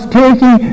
taking